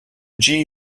gee